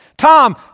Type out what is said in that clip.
Tom